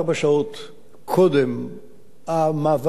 קודם על מעבר להסדר הזה.